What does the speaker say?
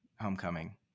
homecoming